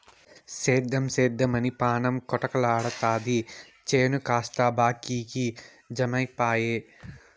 సేద్దెం సేద్దెమని పాణం కొటకలాడతాది చేను కాస్త బాకీకి జమైపాయె